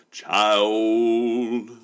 child